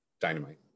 dynamite